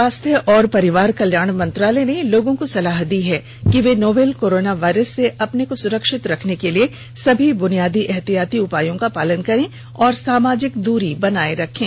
स्वास्थ्य और परिवार कल्याण मंत्रालय ने लोगों को सलाह दी है कि वे नोवल कोरोना वायरस से अपने को सुरक्षित रखने के लिए सभी बुनियादी एहतियाती उपायों का पालन करें और सामाजिक दूरी बनाए रखें